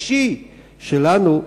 הרגשי שלנו,